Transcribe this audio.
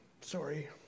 Sorry